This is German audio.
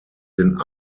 den